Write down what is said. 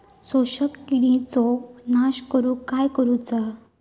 शोषक किडींचो नाश करूक काय करुचा?